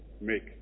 make